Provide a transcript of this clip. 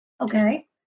Okay